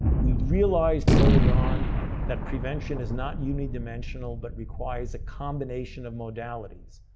we realized early on that prevention is not yeah uni-dimensional but requires a combination of modalities.